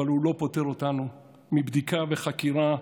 אבל הוא לא פוטר אותנו מבדיקה וחקירה,